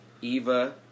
Eva